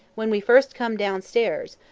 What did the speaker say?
when we first come down stairs,